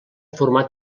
format